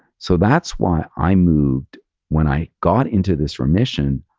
so that's why i moved when i got into this remission,